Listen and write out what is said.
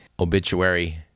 obituary